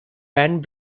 band